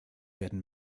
werden